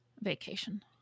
vacation